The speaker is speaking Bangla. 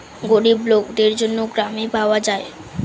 গরিব লোকদের জন্য গ্রামে পাওয়া যায়